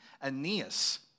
Aeneas